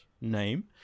name